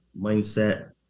mindset